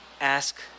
ask